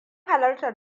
halartar